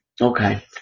Okay